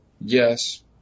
yes